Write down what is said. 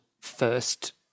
first